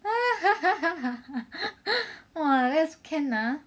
!wah! like that also can ah